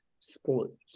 sports